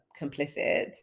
complicit